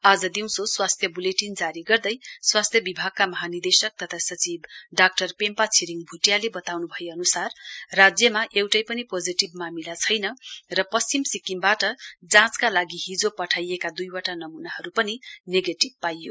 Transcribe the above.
आज दिँउसो स्वास्थ्य बुलेटिन जारी गर्दै स्वास्थ्य विभागका महानिदेशक तथा सचिव डाक्टर पेम्पा छिरिङ भुटियाले बताउनु भए अनुसार राज्यमा एउटै पनि पोजिटिभ मामिला छैन र पश्चिम सिक्किमबाट जाँचका लागि हिजो पठाइएका दुइवटा नमूनाहरू पनि नेगेटिभ पाइयो